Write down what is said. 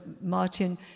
Martin